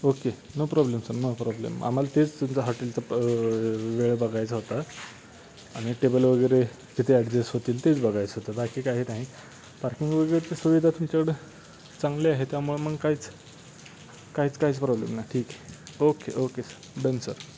okay no problem sir no problem आम्हाला तेच तुमचं हॉटेलचं वेळ बघायचा होता आणि टेबल वगैरे तिथे ॲडजस्ट होतील तेच बघायचं होतं बाकी काही नाही पार्किंग वगैरे ते सुविधा तुमच्याकडं चांगले आहे त्यामुळे मग काहीच काहीच काहीच प्रॉब्लेम नाही ठीक आहे okay okay sir done sir